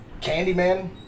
Candyman